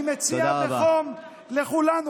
אני מציע בחום לכולנו,